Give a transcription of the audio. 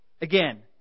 Again